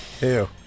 Ew